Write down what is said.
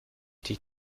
die